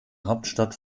hauptstadt